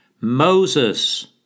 Moses